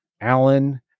Alan